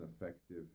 effective